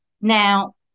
Now